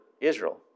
Israel